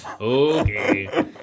Okay